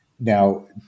Now